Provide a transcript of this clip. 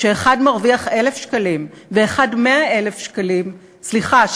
שאחד מרוויח 1,000 שקלים ואחד 100,000 שקלים סליחה,